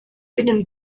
binnen